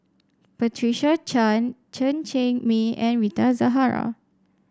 Patricia Chan Chen Cheng Mei and Rita Zahara